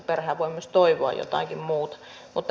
perhehän voi myös toivoa jotakin muuta